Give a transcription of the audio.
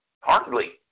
Hardly